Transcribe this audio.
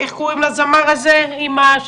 הזמר הצעיר הזה, שהוא